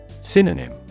Synonym